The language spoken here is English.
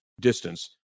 distance